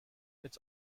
its